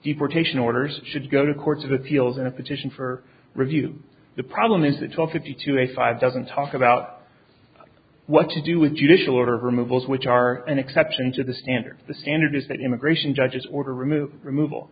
deportation orders should go to courts of appeals and a petition for review the problem is that top fifty to eighty five doesn't talk about what to do with judicial order removals which are an exception to the standard the standard is that immigration judges order remov